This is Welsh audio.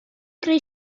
greu